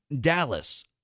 Dallas